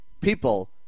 People